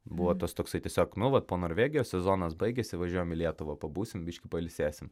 buvo tas toksai tiesiog nu vat po norvegijos sezonas baigėsi važiuojam į lietuvą pabūsim biškį pailsėsim